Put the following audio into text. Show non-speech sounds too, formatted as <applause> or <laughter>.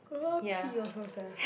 <noise> I want pee also sia